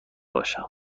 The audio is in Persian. باشم